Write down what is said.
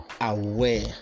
aware